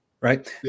Right